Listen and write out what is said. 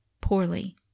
poorly